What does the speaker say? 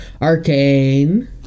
Arcane